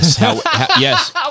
yes